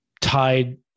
tied